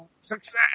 success